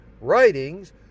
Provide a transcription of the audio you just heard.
writings